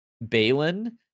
Balin